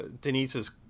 Denise's